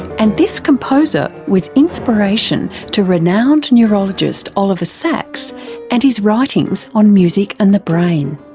and this composer was inspiration to renowned neurologist oliver sacks and his writings on music and the brain.